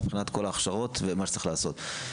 מבחינת כל ההכשרות ומה שצריך לעשות.